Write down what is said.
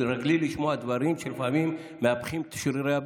תתרגלי לשמוע דברים שלפעמים מנפחים את שרירי הבטן,